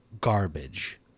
garbage